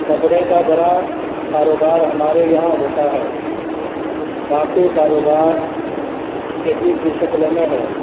کپڑے کا بڑا کاروبار ہمارے یہاں ہوتا ہے باقی کاروبار کھیتی کی شکل میں ہے